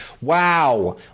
wow